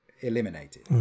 eliminated